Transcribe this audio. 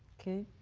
okay.